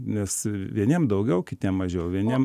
nes vieniem daugiau kitiem mažiau vieniem